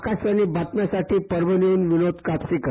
आकाशवाणी बातम्यासाठी परभणीवरून विनोद कापसीकर